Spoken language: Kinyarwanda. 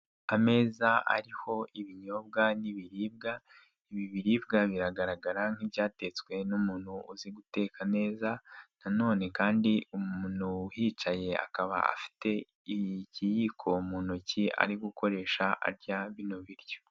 Ameza ariho ibinyobwa n'ibiribwa, ibi biribwa biragaragara nk'ibyatetswe n'umuntu uzi guteka neza, na none kandi umuntu uhicaye akaba afite ikiyiko mu ntoki ari gukoresha arya bino biryo.